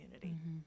community